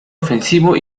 ofensivo